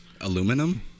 aluminum